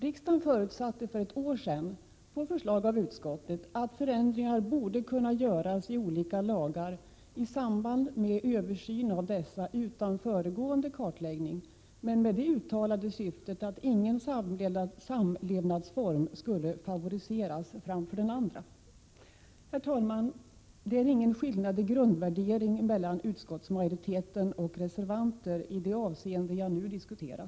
Riksdagen förutsatte för ett år sedan, på förslag av utskottet, att förändringar borde kunna göras i olika lagar i samband med översyn av dessa utan föregående kartläggning men med det uttalade syftet att ingen samlevnadsform skulle favoriseras framför den andra. Herr talman! Det är ingen skillnad i grundvärdering mellan utskottsmajoritet och reservanter i det avseende jag nu diskuterar.